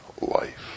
life